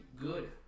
good